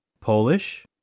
Polish